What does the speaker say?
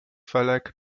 felek